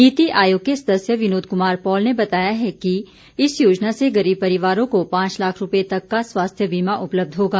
नीति आयोग के सदस्य विनोद कमार पॉल ने बताया है कि इस योजना से गरीब परिवारों को पांच लाख रुपये तक का स्वास्थ्य बीमा उपलब्ध होगा